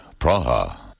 Praha